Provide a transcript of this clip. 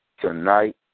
tonight